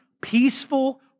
peaceful